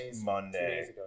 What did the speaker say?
Monday